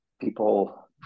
people